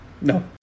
no